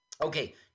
Okay